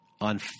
on